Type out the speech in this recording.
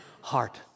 heart